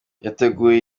yateguye